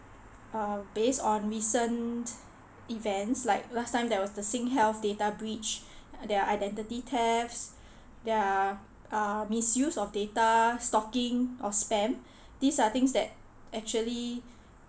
uh based on recent events like last time there was the sing health data breach there are identity thefts there are uh misuse of data stalking or spam these are things that actually